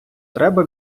треба